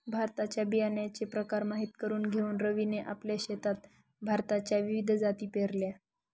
भाताच्या बियाण्याचे प्रकार माहित करून घेऊन रवीने आपल्या शेतात भाताच्या विविध जाती पेरल्या